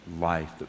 life